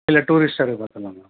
இல்லை டூரிஸ்ட்டரே பார்த்துர்லாம் மேடம்